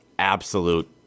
absolute